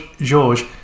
George